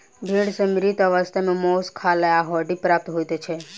भेंड़ सॅ मृत अवस्था मे मौस, खाल आ हड्डी प्राप्त होइत छै